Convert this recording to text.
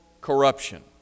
corruption